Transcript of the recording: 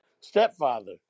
stepfather